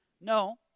No